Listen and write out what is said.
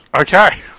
Okay